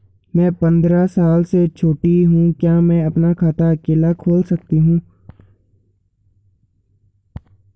मैं पंद्रह साल से छोटी हूँ क्या मैं अपना खाता अकेला खोल सकती हूँ?